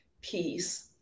peace